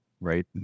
Right